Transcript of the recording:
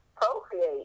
procreate